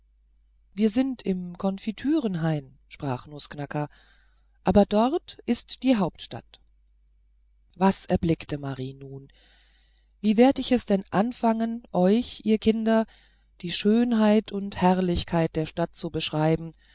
wir sind im konfiturenhain sprach nußknacker aber dort ist die hauptstadt was erblickte marie nun wie werd ich es denn anfangen euch ihr kinder die schönheit und herrlichkeit der stadt zu beschreiben